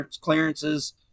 clearances